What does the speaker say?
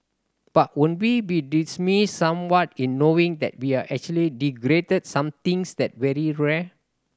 but would we be somewhat in knowing that we're actually degraded somethings that very rare